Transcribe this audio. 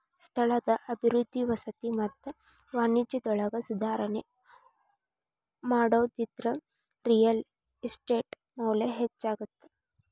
ಸ್ಥಳದ ಅಭಿವೃದ್ಧಿ ವಸತಿ ಮತ್ತ ವಾಣಿಜ್ಯದೊಳಗ ಸುಧಾರಣಿ ಮಾಡೋದ್ರಿಂದ ರಿಯಲ್ ಎಸ್ಟೇಟ್ ಮೌಲ್ಯ ಹೆಚ್ಚಾಗತ್ತ